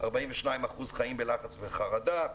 42% חיים בלחץ וחרדה.